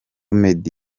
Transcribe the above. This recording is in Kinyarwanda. meddy